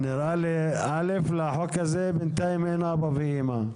נראה שלחוק הזה אין בינתיים אבא ואימא,